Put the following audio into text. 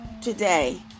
today